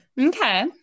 Okay